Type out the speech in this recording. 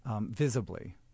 visibly